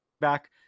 back